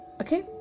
okay